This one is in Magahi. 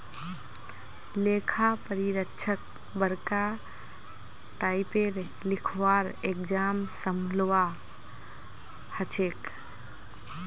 लेखा परीक्षकक बरका टाइपेर लिखवार एग्जाम संभलवा हछेक